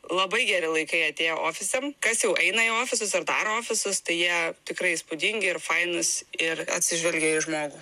labai geri laikai atėjo ofisam kas jau eina į ofisus ir daro ofisus tai jie tikrai įspūdingi ir fainus ir atsižvelgia į žmogų